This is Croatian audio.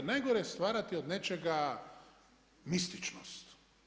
Najgore je stvarati od nečega mističnost.